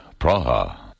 Praha